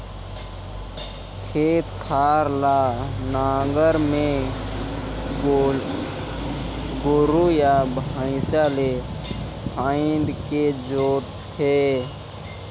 खेत खार ल नांगर में गोरू या भइसा ले फांदके जोत थे